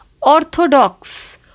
orthodox